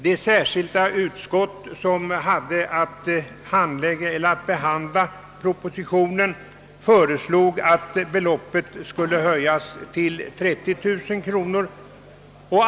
Det särskilda utskott som hade att behandla propositionen föreslog att beloppet skulle höjas till 30 000 kronor.